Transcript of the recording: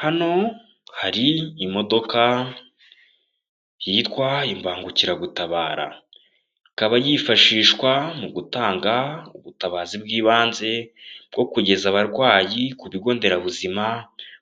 Hano hari imodoka yitwa imbangukiragutabara, ikaba yifashishwa mu gutanga ubutabazi bw'ibanze bwo kugeza abarwayi ku bigo nderabuzima,